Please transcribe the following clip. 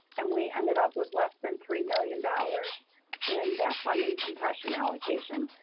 and we ended up with less than three million dollars in that funding compression allocation.